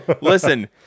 Listen